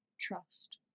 trust